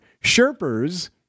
Sherpers